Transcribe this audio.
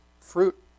Fruit